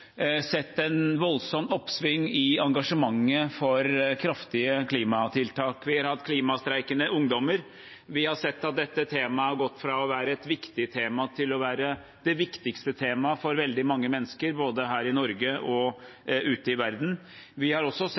sett et voldsomt oppsving i engasjementet for kraftige klimatiltak. Vi har hatt klimastreikende ungdommer. Vi har sett at dette temaet har gått fra å være et viktig tema til å være det viktigste temaet for veldig mange mennesker både her i Norge og ute i verden. Vi har også sett,